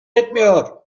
etmiyor